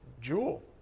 jewel